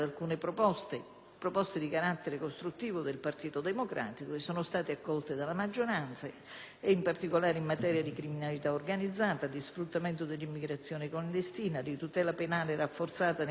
in particolare in materia di criminalità organizzata, di sfruttamento dell'immigrazione clandestina, di tutela penale rafforzata nei confronti di soggetti vulnerabili, in particolare donne e minori, per alcuni aspetti e non per altri.